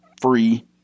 free